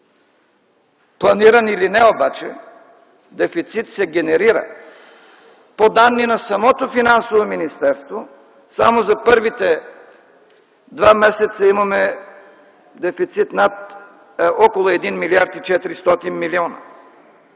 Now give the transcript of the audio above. Планиран или не обаче дефицит се генерира. По данни на самото Финансово министерство само за първите 2 месеца имаме дефицит около 1 млрд. 400 млн.